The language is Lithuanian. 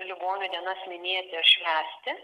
ligonių dienas minėti švęsti